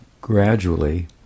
gradually